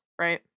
right